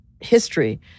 history